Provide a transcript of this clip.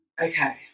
okay